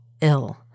ill